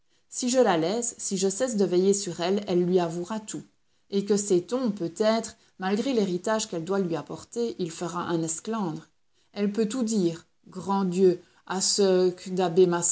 si je la laisse si je cesse de veiller sur elle elle lui avouera tout et que sait-on peut-être malgré l'héritage qu'elle doit lui apporter il fera un esclandre elle peut tout dire grand dieu à ce